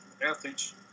athletes